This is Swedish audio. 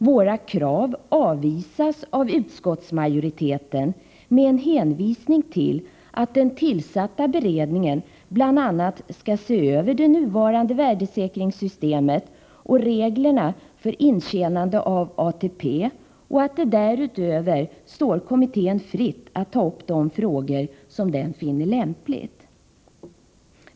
Våra krav avvisas av utskottsmajoriteten med en hänvisning till att den tillsatta beredningen bl.a. skall se över det nuvarande värdesäkringssystemet och reglerna för intjänande av ATP och till att det därutöver står kommittén fritt att ta upp de frågor som den finner lämpligt.